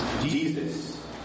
Jesus